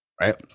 right